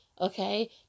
okay